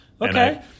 Okay